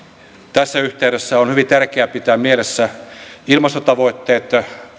tässä yhteydessä on hyvin tärkeää pitää mielessä ilmastotavoitteet